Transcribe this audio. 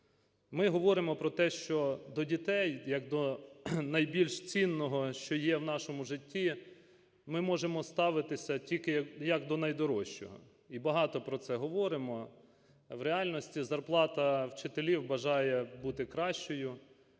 Ми говоримо про те, що до дітей як до найбільш цінного, що є в нашому житті, ми можемо ставитися тільки як до найдорожчого і багато про це говоримо. А в реальності зарплата вчителів бажає бути кращою,